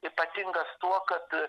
ypatingas tuo kad